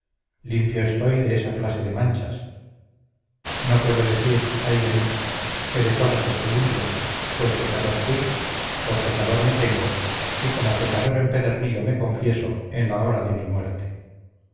limpio estoy de esa clase de manchas no puedo decir ay de mí que de todas esté limpio pues pecador fuí por pecador me tengo y como pecador empedernido me confieso en la hora de mi muerte